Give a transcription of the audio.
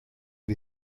wie